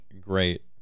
great